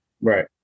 Right